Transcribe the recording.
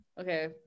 Okay